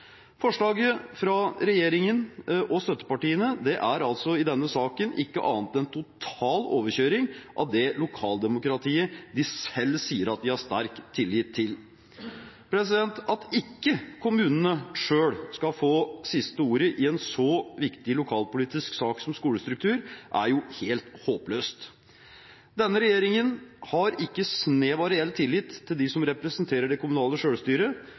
Forslaget fra regjeringen og støttepartiene er altså i denne saken ikke annet enn total overkjøring av det lokaldemokratiet de selv sier at de har sterk tillit til. At ikke kommunene selv skal få siste ordet i en så viktig lokalpolitisk sak som skolestruktur, er jo helt håpløst. Denne regjeringen har ikke snev av reell tillit til dem som representerer det kommunale